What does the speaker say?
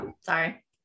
sorry